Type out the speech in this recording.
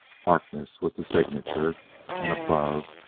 harkness, was the signature and above,